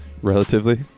Relatively